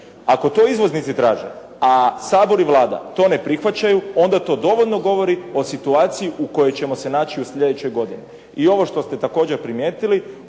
Ako to izvoznici traže, a Sabor i Vlada to ne prihvaćaju, onda to dovoljno govori o situaciji u kojoj ćemo se naći u sljedećoj godini. I ovo što ste također primijetili,